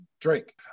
Drake